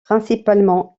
principalement